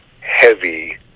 heavy